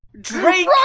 Drake